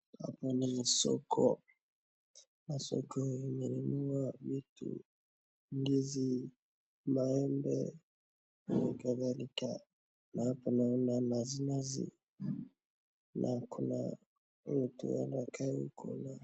Hapo ni soko na soko hili lina vitu, ndizi maembe, nakadhalika na kuna manazinazi na kuna watu wamekaa huko ndani.